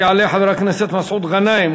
יעלה חבר הכנסת מסעוד גנאים,